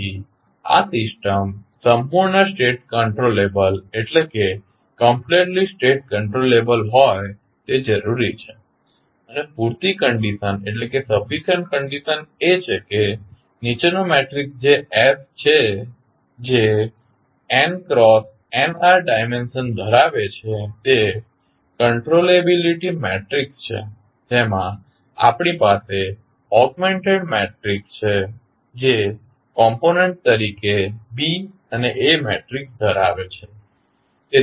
તેથી આ સિસ્ટમ સંપૂર્ણ સ્ટેટ કંટ્રોલેબલ હોય તે જરૂરી છે અને પૂરતી કંડીશન એ છે કે નીચેનો મેટ્રિક્સ જે Sછે જે n×nr ડાયમેન્શન ધરાવે છે તે કંટ્રોલેબીલીટી મેટ્રિક્સ છે જેમાં આપણી પાસે ઓગમેન્ટેડ મેટ્રિક્સ છે જે કોમ્પોનન્ટ તરીકે B અને A મેટ્રિક્સ ધરાવે છે